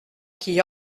qui